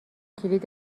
کلید